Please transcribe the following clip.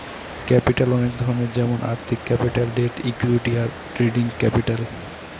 capital অনেক ধরনের যেমন আর্থিক ক্যাপিটাল, ডেট, ইকুইটি, আর ট্রেডিং ক্যাপিটাল